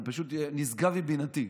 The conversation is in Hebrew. זה פשוט נשגב מבינתי.